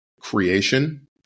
creation